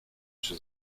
czy